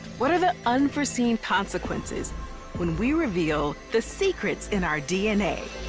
what are the unforeseen consequences when we reveal the secrets in our dna?